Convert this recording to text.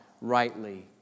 rightly